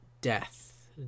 death